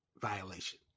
violation